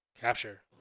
capture